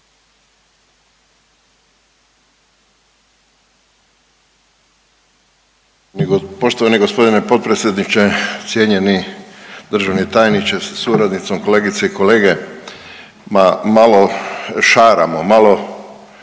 Poštovani gospodine potpredsjedniče, cijenjeni državni tajniče sa suradnicom, kolegice i kolege ma malo šaramo, malo